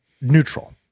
neutral